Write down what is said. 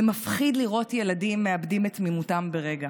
זה מפחיד לראות ילדים מאבדים את תמימותם ברגע.